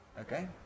Okay